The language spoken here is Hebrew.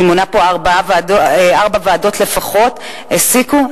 אני מונה פה ארבע ועדות לפחות שהסיקו מסקנות,